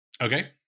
Okay